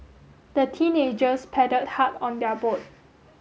the teenagers paddled hard on their boat